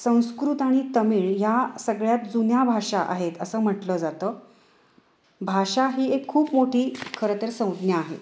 संस्कृत आणि तमिळ या सगळ्यात जुन्या भाषा आहेत असं म्हटलं जातं भाषा ही एक खूप मोठी खरं तर संज्ञा आहे